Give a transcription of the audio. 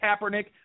Kaepernick